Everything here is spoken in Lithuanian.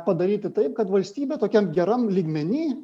padaryti taip kad valstybė tokiam geram lygmeny